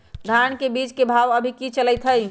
धान के बीज के भाव अभी की चलतई हई?